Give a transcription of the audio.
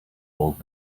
old